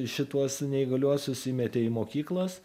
šituos neįgaliuosius įmetė į mokyklas